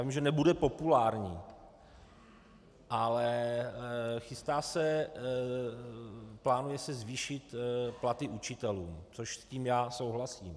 Já vím, že nebude populární, ale chystá se, plánuje se zvýšit platy učitelům, což s tím já souhlasím.